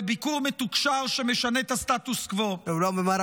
בביקור מתוקשר שמשנה את הסטטוס קוו -- הוא לא אמר מה רע,